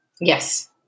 Yes